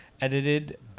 edited